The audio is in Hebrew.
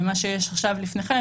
ומה שיש עכשיו לפניכם,